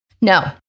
No